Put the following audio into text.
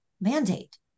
mandate